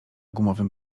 gumowym